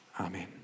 Amen